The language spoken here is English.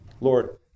Lord